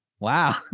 Wow